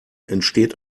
entsteht